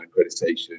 accreditation